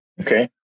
Okay